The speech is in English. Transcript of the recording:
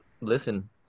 listen